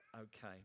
Okay